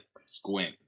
squint